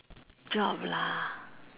job lah